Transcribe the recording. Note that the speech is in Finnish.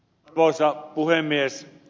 arvoisa puhemies